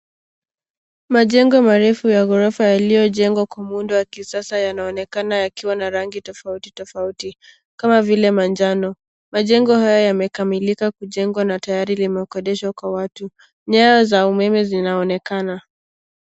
Majengo marefu ya ghorofa yaliyojengwa kwa muundo wa kisasa yanaonekana yakiwa na rangi tofauti tofauti, kama vile manjano. Majengo haya yamekamilika kujengwa na tayari limekodishwa kwa watu. Nyaya za umeme zinaonekana.